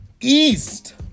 East